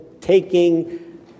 taking